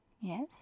Yes